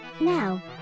Now